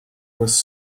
was